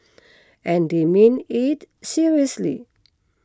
and they meant it seriously